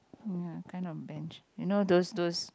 ya kind of bench you know those stools